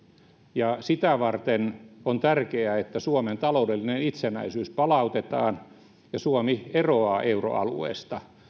ja sitä varten on tärkeää että suomen taloudellinen itsenäisyys palautetaan ja suomi eroaa euroalueesta